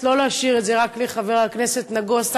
היא לא להשאיר את זה רק לחבר הכנסת נגוסה,